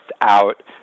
out